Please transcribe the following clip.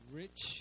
rich